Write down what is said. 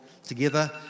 together